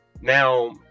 now